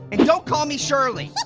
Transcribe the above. and don't call me shirley.